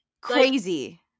Crazy